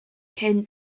cyn